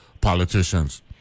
politicians